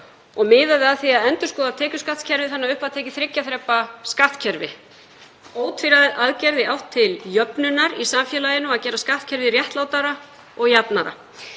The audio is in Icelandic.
og miðaði að því að endurskoða tekjuskattskerfið þannig að upp var tekið þriggja þrepa skattkerfi, ótvíræð aðgerð í átt til jöfnuðar í samfélaginu með því að gera skattkerfið réttlátara og jafnara.